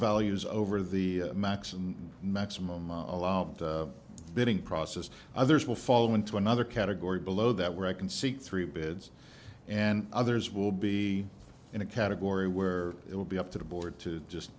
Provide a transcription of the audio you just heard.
values over the max and maximum allowable bidding process others will fall into another category below that where i can seat three bids and others will be in a category where it will be up to the board to just